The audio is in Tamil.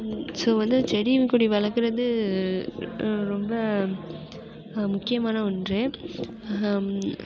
ஸோ வந்து செடி கொடி வளர்க்குறது ரொம்ப முக்கியமான ஒன்று